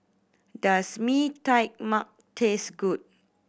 does Mee Tai Mak taste good